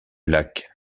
lac